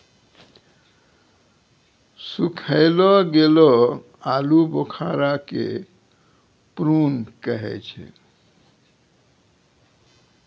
सुखैलो गेलो आलूबुखारा के प्रून कहै छै